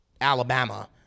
Alabama